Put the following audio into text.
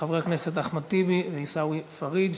של חברי הכנסת אחמד טיבי ועיסאווי פריג'.